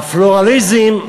הפלורליזם,